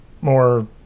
more